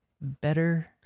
better